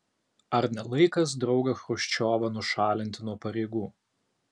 ar ne laikas draugą chruščiovą nušalinti nuo pareigų